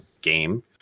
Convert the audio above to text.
game